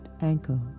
ankle